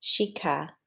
shika